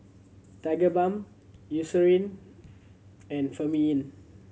Tigerbalm Eucerin and Remifemin